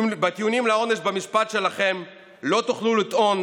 בטיעונים לעונש במשפט שלכם לא תוכלו לטעון